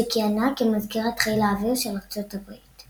שכיהנה כמזכירת חיל האוויר של ארצות הברית.